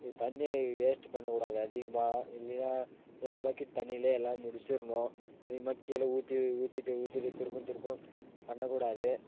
தண்ணிய வேஸ்ட்டு பண்ணக்கூடாது அதிகமாக இல்லைன்னா ஒரு பக்கெட் தண்ணியிலே எல்லாம் முடிச்சிடுணும் அதே மாதிரி கீழே ஊற்றி ஊற்றிட்டு ஊற்றிட்டு திருப்பும் திருப்பும் பண்ணக்கூடாது